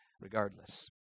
regardless